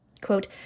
Quote